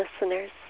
listeners